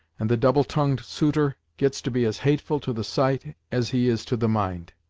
and the double-tongued suitor gets to be as hateful to the sight, as he is to the mind.